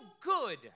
good